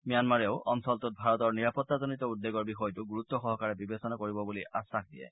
ম্যানমাৰেও অঞ্চলটোত ভাৰতৰ নিৰাপতাৰজনিত উদ্বেগৰ বিষয়টো গুৰুত্ব সহকাৰে বিবেচনা কৰিব বুলি আশ্বাস প্ৰদান কৰে